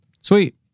Sweet